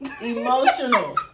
emotional